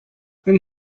and